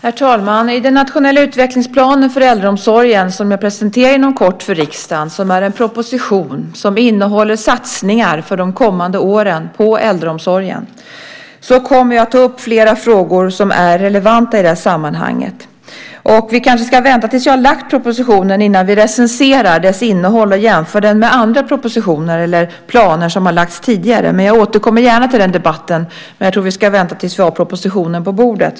Herr talman! I den nationella utvecklingsplanen för äldreomsorgen som jag presenterar inom kort för riksdagen och som är en proposition som innehåller satsningar för de kommande åren på äldreomsorgen kommer jag att ta upp flera frågor som är relevanta i det sammanhanget. Vi kanske ska vänta tills jag har lagt fram propositionen innan vi recenserar dess innehåll och jämför den med andra propositioner eller planer som har lagts fram tidigare. Jag återkommer gärna till den debatten, men jag tror att vi ska vänta tills vi har propositionen på bordet.